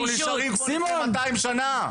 אנחנו נשארים כמו לפני מאתיים שנה.